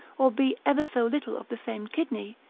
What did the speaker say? or be ever so little of the same kidney,